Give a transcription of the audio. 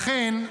לכן,